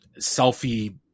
selfie-